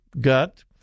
gut